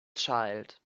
child